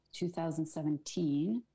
2017